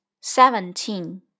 Seventeen